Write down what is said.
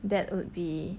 that would be